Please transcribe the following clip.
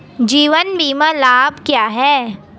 जीवन बीमा लाभ क्या हैं?